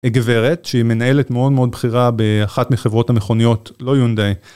הגברת שהיא מנהלת מאוד מאוד בכירה באחת מחברות המכוניות לא יונדאי.